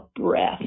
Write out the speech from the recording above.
breath